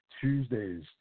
Tuesdays